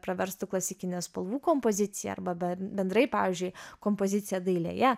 praverstų klasikinė spalvų kompozicija arba dar bendrai pavyzdžiui kompozicija dailėje